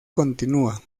continúa